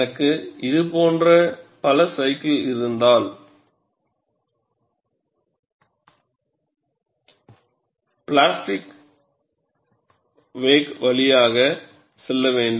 எனக்கு இது போன்ற பல சைக்கிள் இருந்தால் பிளாக் பிளாஸ்டிக் வேக் வழியாக செல்ல வேண்டும்